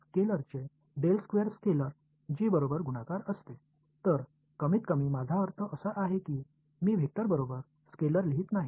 स्केलरचे scalar g बरोबर गुणाकार असते तर कमीतकमी माझा अर्थ असा आहे की मी वेक्टर बरोबर स्केलर लिहित नाही